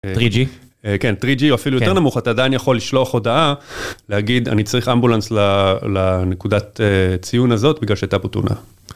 טריג'י אפילו יותר נמוך אתה עדיין יכול לשלוח הודעה להגיד אני צריך אמבולנס לנקודת ציון הזאת בגלל שהייתה בו תאונה.